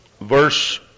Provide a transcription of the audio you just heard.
verse